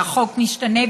החוק משתנה,